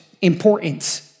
important